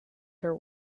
her